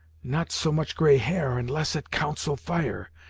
not so much gray hair, and less at council fire.